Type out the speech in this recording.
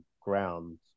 ground